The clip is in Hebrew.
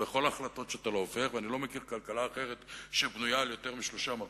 אני לא מכיר כלכלה אחרת שבנויה על יותר משלושה מרכיבים,